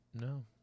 No